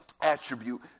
attribute